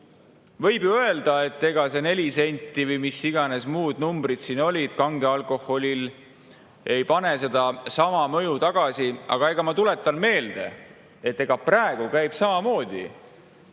võib ju öelda, et ega see neli senti, või mis iganes need numbrid siin olid kangel alkoholil, ei too seda sama mõju tagasi. Aga ma tuletan meelde, et praegu käib Eesti